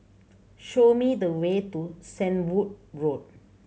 show me the way to Shenvood Road